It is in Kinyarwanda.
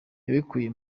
yabikuye